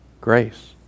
Grace